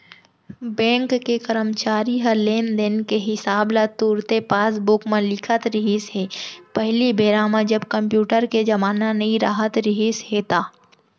bank के करमचारी ह लेन देन के हिसाब ल तुरते पासबूक म लिखत रिहिस हे पहिली बेरा म जब कम्प्यूटर के जमाना नइ राहत रिहिस हे ता